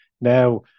now